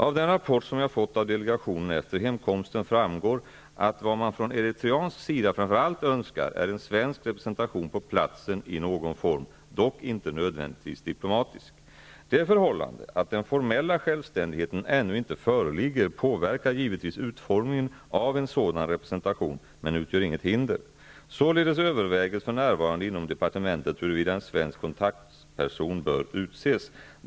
Av den rapport som jag har fått av delegationen efter hemkomsten, framgår det att det man från eritreansk sida framför allt önskar är en svensk representation på platsen i någon form, dock inte nödvändigtvis en diplomatisk sådan. Det förhållandet att den formella självständigheten ännu inte föreligger påverkar givetvis utformningen av en sådan representation, men utgör inget hinder. Således överväges för närvarande inom departementet huruvida en svensk kontaktperson bör utses.